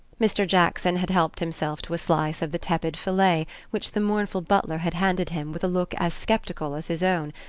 mr. jackson had helped himself to a slice of the tepid filet which the mournful butler had handed him with a look as sceptical as his own,